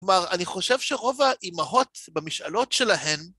כלומר, אני חושב שרוב האימהות, במשאלות שלהן,